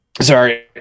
Sorry